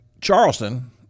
Charleston